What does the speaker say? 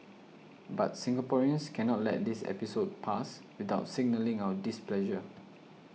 but Singaporeans cannot let this episode pass without signalling our displeasure